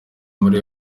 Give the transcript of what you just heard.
muri